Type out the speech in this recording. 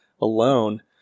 alone